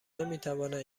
نمیتوانند